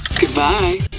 Goodbye